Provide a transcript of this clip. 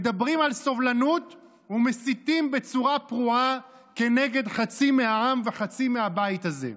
מדברים על סובלנות ומסיתים בצורה פרועה נגד חצי מהעם וחצי מהבית הזה.